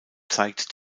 zeigt